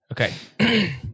Okay